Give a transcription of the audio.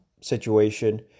situation